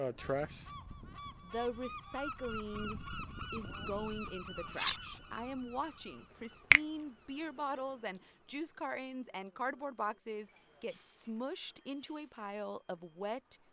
ah trash the recycling is going into the trash. i am watching pristine beer bottles and juice cartons and cardboard boxes get smushed into a pile of wet,